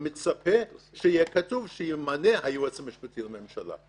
מצפה שיהיה כתוב שימנה היועץ המשפטי לממשלה,